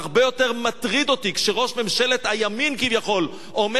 הרבה יותר מטריד אותי כשראש ממשלת הימין כביכול אומר,